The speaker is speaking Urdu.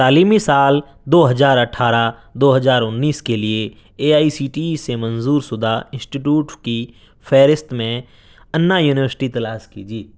تعلیمی سال دو ہزار اٹھارہ دو ہزار انیس کے لیے A I C T E سے منظور شدہ انسٹی ٹیوٹ کی فہرست میں انا یونیورسٹی تلاش کیجیے